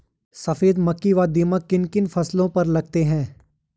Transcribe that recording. सफेद मक्खी व दीमक किन किन फसलों पर लगते हैं?